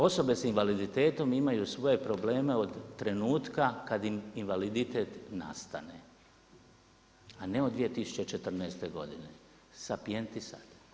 Osobe s invaliditetom imaju svoje probleme od trenutka kada im invaliditet nastane, a ne od 2014. godine sapienti sat.